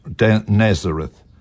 Nazareth